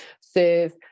serve